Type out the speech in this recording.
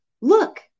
Look